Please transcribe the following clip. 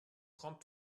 trente